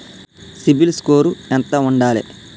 CIBIL score ఎంత ఉండాలే?